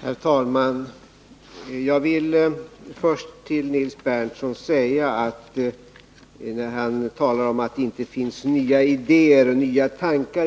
Herr talman! Nils Berndtson säger att det inte finns några nya idéer inom